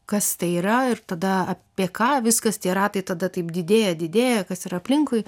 kas tai yra ir tada apie ką viskas tie ratai tada taip didėja didėja kas ir aplinkui